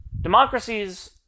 Democracies